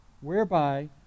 whereby